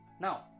now